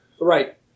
Right